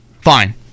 Fine